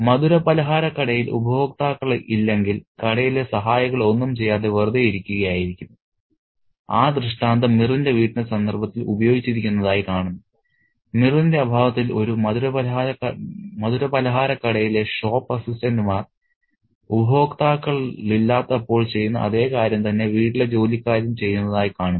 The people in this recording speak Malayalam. മധുരപലഹാരക്കടയിൽ ഉപഭോക്താക്കൾ ഇല്ലെങ്കിൽ കടയിലെ സഹായികൾ ഒന്നും ചെയ്യാതെ വെറുതെ ഇരിക്കുകയായിരിക്കും ആ ദൃഷ്ടാന്തം മിറിന്റെ വീടിന്റെ സന്ദർഭത്തിൽ ഉപയോഗിച്ചിരിക്കുന്നതായി കാണുന്നു മിറിന്റെ അഭാവത്തിൽ ഒരു മധുരപലഹാരക്കടയിലെ ഷോപ്പ് അസിസ്റ്റന്റുമാർ ഉപഭോക്താക്കളില്ലാത്തപ്പോൾ ചെയ്യുന്ന അതേ കാര്യം തന്നെ വീട്ടിലെ ജോലിക്കാരും ചെയ്യുന്നതായി കാണുന്നു